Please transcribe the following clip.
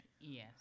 Yes